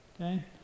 okay